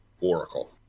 oracle